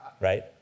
Right